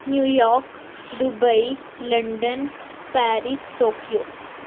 New York Dubai London Paris Tokyo